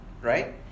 Right